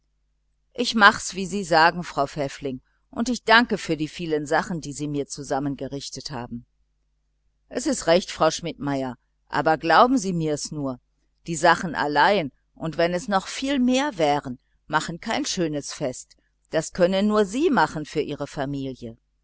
ich mach's wie sie sagen frau pfäffling und ich danke für die vielen sachen die sie mir zusammengerichtet haben es ist recht schmidtmeierin aber glauben sie mir's nur die sachen allein und wenn es noch viel mehr wären machen kein schönes fest das können nur sie machen für ihre familie